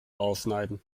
ausschneiden